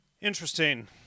Interesting